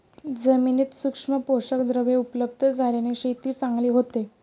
जमिनीत सूक्ष्म पोषकद्रव्ये उपलब्ध झाल्याने शेती चांगली होते